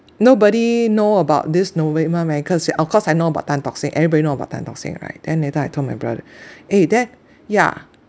nobody know about this novena mah cause it of course I know about tan tock seng everybody know about tan tock seng right then later I told my brother eh there yeah